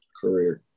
career